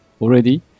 already